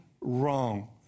wrong